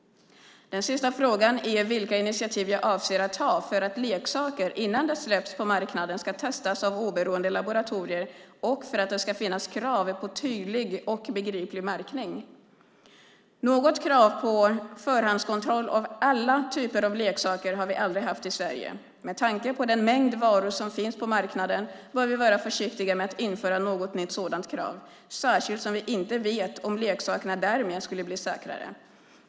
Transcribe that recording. Den sista frågan är vilka initiativ jag avser att ta för att leksaker innan de släpps på marknaden ska testas av oberoende laboratorier och för att det ska finnas krav på tydlig och begriplig märkning. Något krav på förhandskontroll av alla typer av leksaker har vi aldrig haft i Sverige. Med tanke på den mängd varor som finns på marknaden bör vi vara försiktiga med att införa något nytt sådant krav, särskilt som vi inte vet om leksakerna därmed skulle bli säkrare.